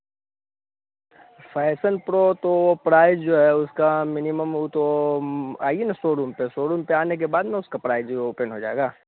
passion pro तो वह price जो है उसका मिनिमम वह तो आईए ना शोरूम पर शोरूम पर आने के बाद न उसका प्राइस भी ओपन हो जाएगा